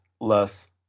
less